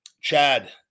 Chad